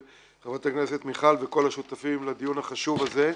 חברת הכנסת מיכל וכל השותפים לדיון החשוב הזה.